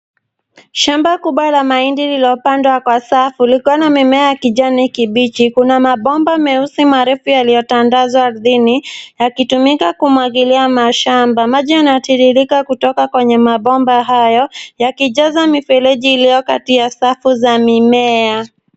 Shamba kubwa la mahindi lililopandwa kwa safu likiwa na mimea ya kijani kibichi, kuna mabomba marefu meusi yaliyotandazwa ardhini yakitumika kumwagilia mashamba, maji yanatiririka kutoka kwenye mabomba hayo yakijaza mifereji iliyokati ya safu za mimea.